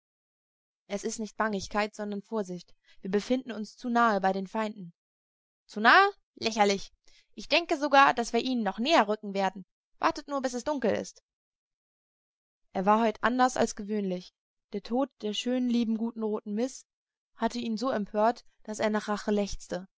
es ist nicht bangigkeit sondern vorsicht wir befinden uns zu nahe bei den feinden zu nahe lächerlich ich denke sogar daß wir ihnen noch näher rücken werden wartet nur bis es dunkel ist er war heut anders als gewöhnlich der tod der schönen lieben guten roten miß hatte ihn so empört daß er nach rache lechzte